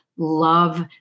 love